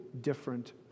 different